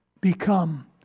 become